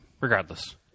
regardless